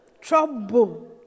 Trouble